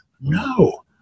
no